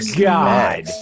God